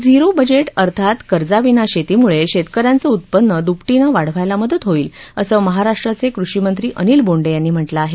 zero budget अर्थात कर्जविना शेतीमुळे शेतकऱ्यांचं उत्पन्न दुपटीने वाढवायला मदत होईल असं महाराष्ट्राचे कृषी मंत्री अनिल बोंडे यांनी म्हटलं आहे